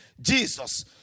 Jesus